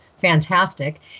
fantastic